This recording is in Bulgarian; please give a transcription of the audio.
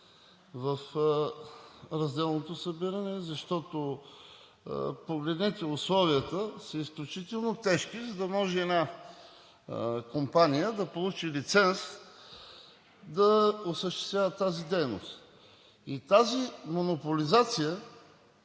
в разделното събиране, защото – погледнете, условията са изключително тежки, за да може една компания да получи лиценз да осъществява тази дейност. И тази монополизация